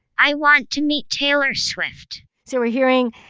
i want to meet taylor swift so we're hearing,